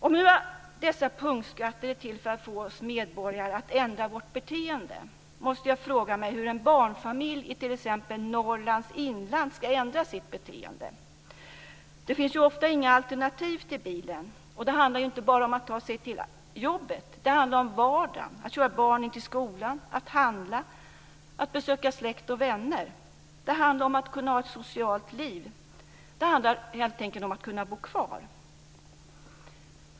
Om nu dessa punktskatter är till för att få oss medborgare att ändra vårt beteende måste jag fråga mig hur en barnfamilj i t.ex. Norrlands inland ska ändra sitt beteende. Det finns ju ofta inga alternativ till bilen, och det handlar ju inte bara om att ta sig till jobbet. Det handlar om vardagen, att köra barnen till skolan, att handla och att besöka släkt och vänner. Det handlar om att kunna ha ett socialt liv. Det handlar helt enkelt om att kunna bo kvar.